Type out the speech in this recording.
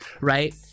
Right